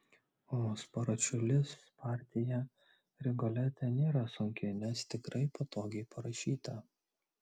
o sparafučilės partija rigolete nėra sunki nes tikrai patogiai parašyta